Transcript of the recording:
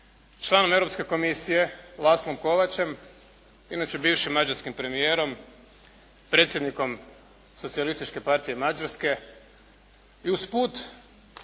članom Europske komisije Laszlo Kovacsem, inače bivšim mađarskim premijerom, predsjednikom Socijalističke partije Mađarske. I usput